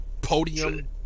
podium